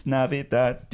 Navidad